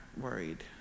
worried